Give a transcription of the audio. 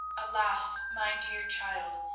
alas, my dear child,